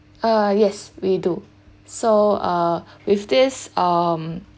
uh yes we do so uh with this um